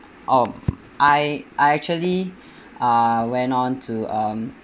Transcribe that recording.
um I I actually uh went on to um